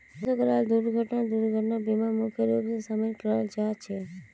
वाहन स कराल दुर्घटना दुर्घटनार बीमात मुख्य रूप स शामिल कराल जा छेक